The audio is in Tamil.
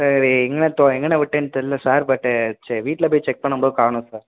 சார் எங்கே நான் தொ எங்கனே விட்டேன்னு தெர்லை சார் பட்டு செ வீட்டில் போய் செக் பண்ணும்போது காணும் சார்